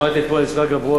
שמעתי אתמול את שרגא ברוש.